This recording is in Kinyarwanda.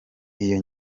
iyo